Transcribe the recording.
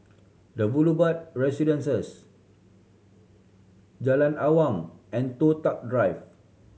The Boulevard Residence Jalan Awang and Toh Tuck Drive